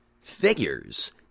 figures